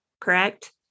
correct